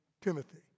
Timothy